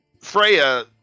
Freya